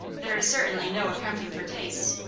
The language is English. there is certainly no accounting for tastes.